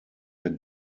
der